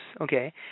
okay